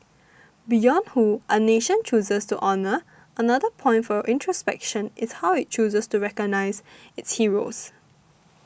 beyond who a nation chooses to honour another point for introspection is how it chooses to recognise its heroes